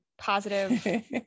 positive